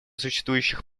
существующих